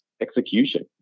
execution